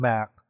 Mac